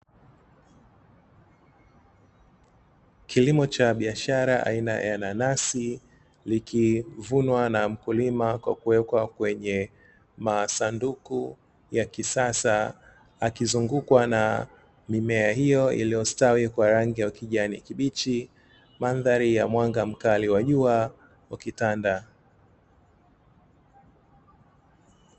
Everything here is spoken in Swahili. Kilimo cha biashara aina ya nanasi likivunwa na mkulima kwa kuwekwa kwenye masanduku ya kisasa akizungukwa na mimea hiyo iliyostawi kwa rangi ya ukijani kibichi mandhari ya mwanga mkali wa jua ukitanda.